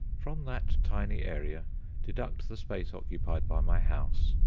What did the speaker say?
from that tiny area deduct the space occupied by my house,